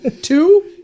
two